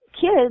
kids